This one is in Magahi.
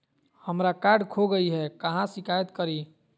हमरा कार्ड खो गई है, कहाँ शिकायत करी?